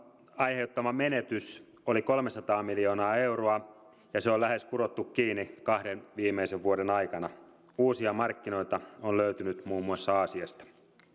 aiheuttama menetys oli kolmesataa miljoonaa euroa ja se on lähes kurottu kiinni kahden viimeisen vuoden aikana uusia markkinoita on löytynyt muun muassa aasiasta